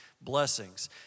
blessings